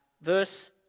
verse